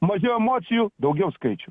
mažiau emocijų daugiau skaičių